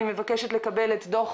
אני מבקשת לקבל את דוח